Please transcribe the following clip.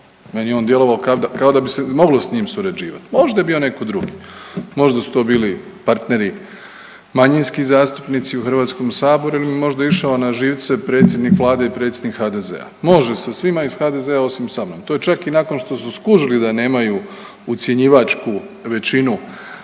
Meni je on djelovao kao da bi se moglo s njim surađivati. Možda je bio netko drugi. Možda su to bili partneri manjinski zastupnici u Hrvatskom saboru jer im je možda išao na živce predsjednik vlade i predsjednik HDZ-a. Može sa svima iz HDZ-a osim samom. To je čak i nakon što su skužili da nemaju ucjenjivačku većinu